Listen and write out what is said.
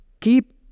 Keep